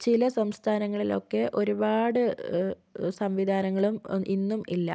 ചില സംസ്ഥാനങ്ങളിലൊക്കെ ഒരുപാട് സംവിധാനങ്ങളും ഇന്നും ഇല്ല